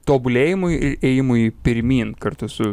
tobulėjimui ėjimui pirmyn kartu su